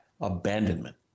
abandonment